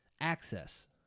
access